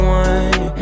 one